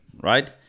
right